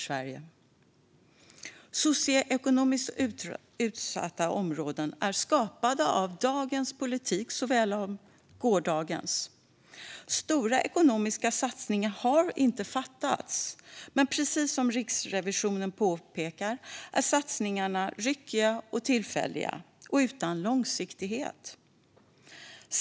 Socioekonomiskt utsatta områden är skapade av dagens politik såväl som gårdagens. Stora ekonomiska satsningar har inte saknats, men precis som Riksrevisionen påpekar är satsningarna ryckiga, tillfälliga och utan långsiktighet.